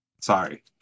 Sorry